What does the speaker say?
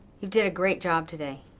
you did a great job today.